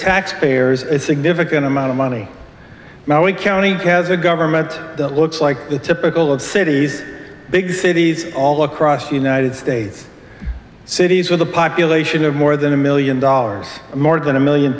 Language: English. taxpayers a significant amount of money now and counting has a government that looks like the typical of cities big cities all across the united states cities with a population of more than a million dollars more than a million